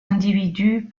individus